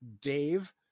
Dave